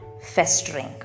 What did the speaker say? festering